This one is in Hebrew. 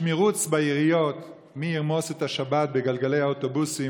יש מרוץ בעיריות מי ירמוס את השבת בגלגלי האוטובוסים